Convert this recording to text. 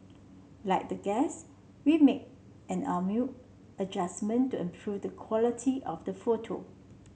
like the guests we made an amateur adjustment to improve the quality of the photo